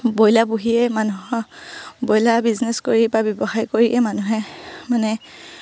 broiler পুহিয়েই মানুহৰ broiler business কৰি বা ব্যৱসায় কৰিয়েই মানুহে মানে